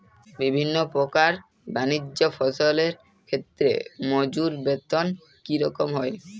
বিভিন্ন প্রকার বানিজ্য ফসলের ক্ষেত্রে মজুর বেতন কী রকম হয়?